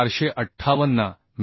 458 मि